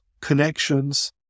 connections